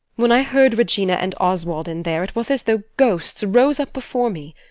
when i heard regina and oswald in there, it was as though ghosts rose up before me.